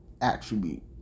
attribute